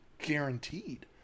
guaranteed